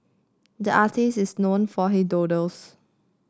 the artist is known for he doodles